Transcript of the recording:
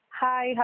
Hi